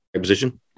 position